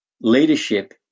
Leadership